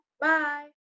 bye